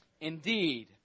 Indeed